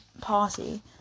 party